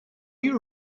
you